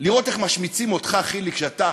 לראות איך משמיצים אותך, חיליק, שאתה